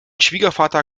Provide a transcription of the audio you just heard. schwiegervater